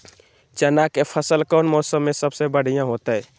चना के फसल कौन मौसम में सबसे बढ़िया होतय?